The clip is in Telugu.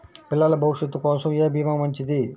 పిల్లల భవిష్యత్ కోసం ఏ భీమా మంచిది?